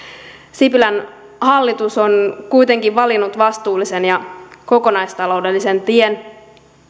sipilän hallitus on kuitenkin valinnut vastuullisen ja kokonaistaloudellisen tien